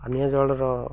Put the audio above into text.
ପାନୀୟ ଜଳର